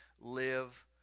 live